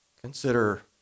Consider